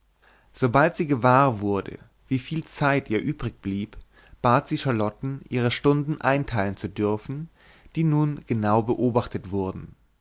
sobald sie gewahr wurde wieviel zeit ihr übrigblieb bat sie charlotten ihre stunden einteilen zu dürfen die nun genau beobachtet wurden